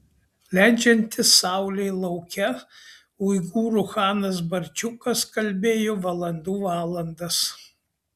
leidžiantis saulei lauke uigūrų chanas barčiukas kalbėjo valandų valandas